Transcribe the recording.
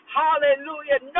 hallelujah